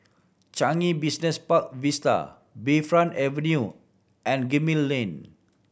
Changi Business Park Vista Bayfront Avenue and Gemmill Lane